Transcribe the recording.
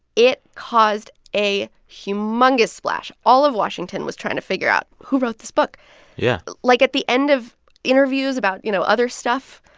it caused a humungous splash. all of washington was trying to figure out who wrote this book yeah like, at the end of interviews about, you know, other stuff,